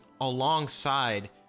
alongside